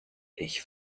ich